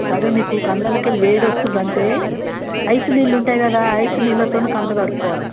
సరే నీకు కళ్ళలోకి వేడి వస్తుంది అంటే ఐసు నీళ్ళు ఉంటాయి కదా ఐసు నీళ్ళతోని కండ్లు కడుక్కోవాలి